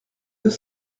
deux